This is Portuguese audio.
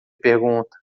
pergunta